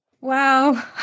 Wow